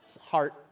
heart